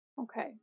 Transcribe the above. Okay